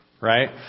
Right